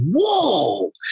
whoa